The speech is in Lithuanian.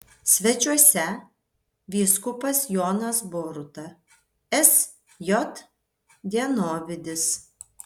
svečiuose vyskupas jonas boruta sj dienovidis